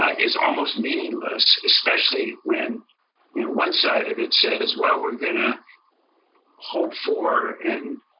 ah is almost meaningless, especially when one side of it says, well, we're gonna hope for and